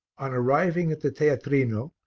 on arriving at the teatrino,